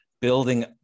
building